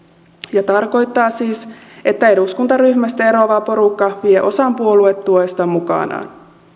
ja tarkoittaa siis että eduskuntaryhmästä eroava porukka vie osan puoluetuesta mukanaan